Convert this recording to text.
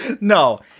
No